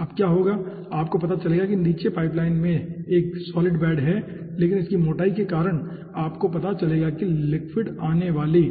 अब क्या होगा आपको पता चलेगा कि नीचे पाइपलाइन में एक सॉलिड बेड है लेकिन इसकी मोटाई के कारण आपको पता चलेगा कि लिक्विड आने वाली